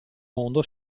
mondo